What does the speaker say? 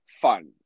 fun